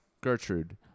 Gertrude